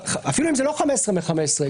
אפילו אם זה לא 15 מ-15,